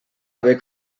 haver